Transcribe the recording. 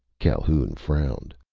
calhoun frowned.